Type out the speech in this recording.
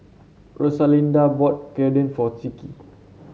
Rosalinda bought Gyudon for Zeke